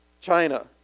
China